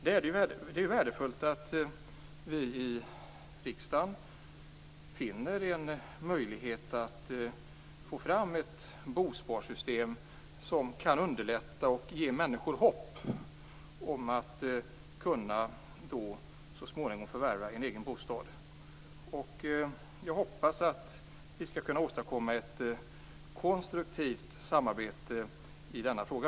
Det är värdefullt att vi i riksdagen finner en möjlighet att få fram ett bosparsystem som kan underlätta och ge människor hopp om att så småningom kunna förvärva en egen bostad. Jag hoppas att vi skall kunna åstadkomma ett konstruktivt samarbete i denna fråga.